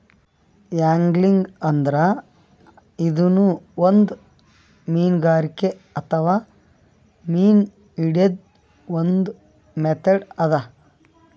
angling ಅಂದ್ರ ಇದೂನು ಒಂದ್ ಮೀನ್ಗಾರಿಕೆ ಅಥವಾ ಮೀನ್ ಹಿಡ್ಯದ್ದ್ ಒಂದ್ ಮೆಥಡ್ ಅದಾ